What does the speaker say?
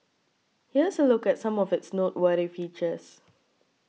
here's a look at some of its noteworthy features